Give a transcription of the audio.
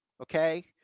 Okay